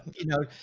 you know,